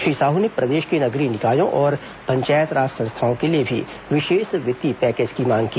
श्री साहू ने प्रदेश के नगरीय निकायों और पंचायत राज संस्थाओं के लिए भी विशेष वित्तीय पैकेज की मांग की